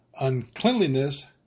uncleanliness